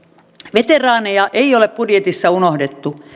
veteraaneja ei ole budjetissa unohdettu